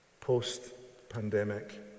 Post-pandemic